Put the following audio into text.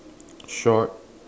short